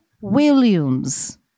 Williams